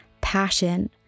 passion